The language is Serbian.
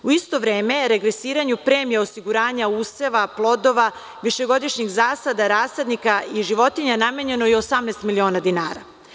U isto vreme regresiranju premije osiguranja useva, plodova, višegodišnjih zasada, rasadnika i životinja namenjeno je 18 miliona dinara.